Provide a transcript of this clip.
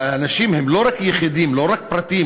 אנשים הם לא רק יחידים, לא רק פרטים.